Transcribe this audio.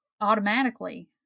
automatically